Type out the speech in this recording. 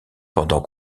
pendant